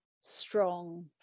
strong